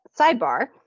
sidebar